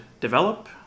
develop